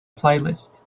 playlist